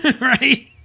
Right